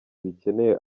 bikeneye